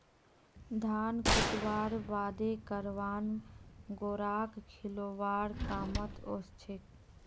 धान कुटव्वार बादे करवान घोड़ाक खिलौव्वार कामत ओसछेक